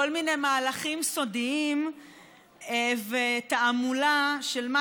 כל מיני מהלכים סודיים ותעמולה של מה